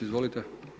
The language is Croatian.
Izvolite.